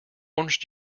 orange